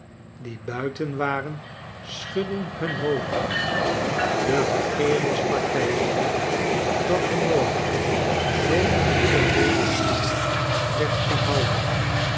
die buiten waren schudden hun hoofden de regeeringspartij zei dat er nooit zoo'n gpede redevoering werd gehouden